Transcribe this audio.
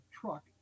truck